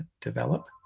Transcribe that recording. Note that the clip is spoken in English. develop